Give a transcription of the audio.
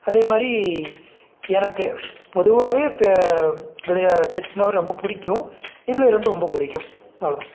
அதே மாதிரி எனக்கு பொதுவாகவே விளையாட பெட்ஸ்னாலே ரொம்ப பிடிக்கும் இதுல ரெண்டும் ரொம்ப பிடிக்கும் அவ்வளோதான்